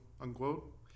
unquote